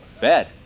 Bad